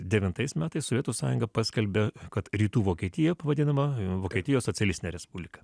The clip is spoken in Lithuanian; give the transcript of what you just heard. devintais metais sovietų sąjunga paskelbė kad rytų vokietija pavadinama vokietijos socialistinė respublika